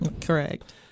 Correct